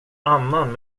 annan